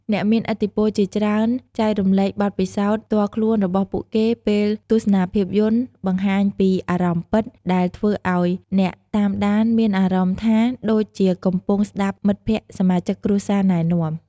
អ្នកមានឥទ្ធិពលជាច្រើនចែករំលែកបទពិសោធន៍ផ្ទាល់ខ្លួនរបស់ពួកគេពេលទស្សនាភាពយន្ត បង្ហាញពីអារម្មណ៍ពិត ដែលធ្វើឱ្យអ្នកតាមដានមានអារម្មណ៍ថាដូចជាកំពុងស្តាប់មិត្តភក្តិសមាជិកគ្រួសារណែនាំ។